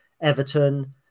Everton